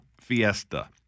Fiesta